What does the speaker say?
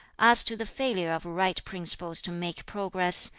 as to the failure of right principles to make progress,